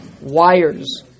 wires